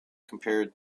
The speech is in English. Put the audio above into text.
compared